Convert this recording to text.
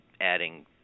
adding